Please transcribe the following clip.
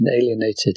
alienated